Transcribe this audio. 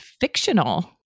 fictional-